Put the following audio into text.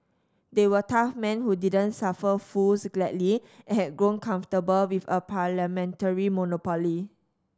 they were tough men who didn't suffer fools gladly and had grown comfortable with a parliamentary monopoly